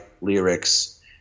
lyrics